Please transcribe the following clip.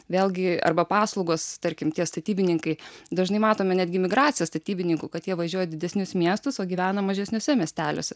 vėlgi arba paslaugos tarkim tie statybininkai dažnai matome netgi migraciją statybininkų kad jie važiuoja didesnius miestus o gyvena mažesniuose miesteliuose